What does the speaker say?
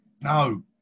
No